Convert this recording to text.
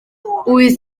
wyth